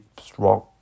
strong